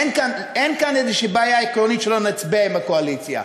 אין כאן איזושהי בעיה עקרונית שלא נצביע עם הקואליציה.